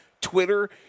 Twitter